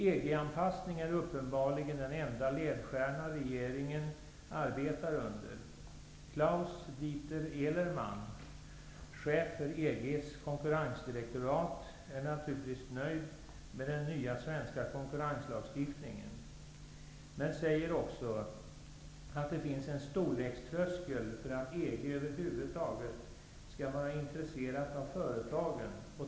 EG-anpassning är uppenbarligen den enda ledstjärna regeringen arbetar under. Claus Dieter Ehlerman, chef för EG:s konkurrensdirektorat, är naturligtvis nöjd med den nya svenska konkurrenslagstiftningen, men säger också att det finns en storlekströskel för att EG över huvud taget skall vara intresserat av företagen.